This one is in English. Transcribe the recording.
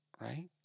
right